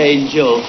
Angel